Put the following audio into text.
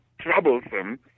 troublesome